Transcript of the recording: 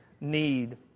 need